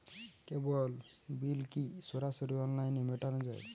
কেবল bill কি সরাসরি অনলাইনে মেটানো য়ায়?